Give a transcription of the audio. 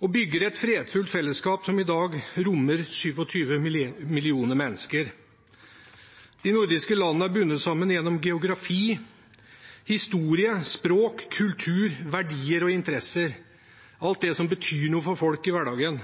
og bygger et fredfullt fellesskap som i dag rommer 27 millioner mennesker. De nordiske landene er bundet sammen gjennom geografi, historie, språk, kultur, verdier og interesser – alt det som betyr noe for folk i hverdagen.